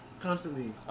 constantly